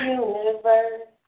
universe